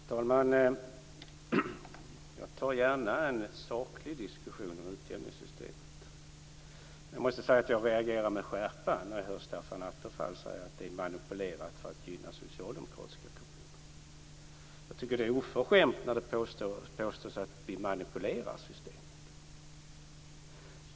Herr talman! Jag tar gärna en saklig diskussion om utjämningssystemet, men jag måste säga att jag reagerar med skärpa när jag hör Stefan Attefall säga att det är manipulerat för att gynna socialdemokratiska kommuner. Jag tycker att det är oförskämt när det påstås att vi manipulerar systemet.